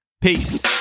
Peace